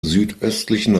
südöstlichen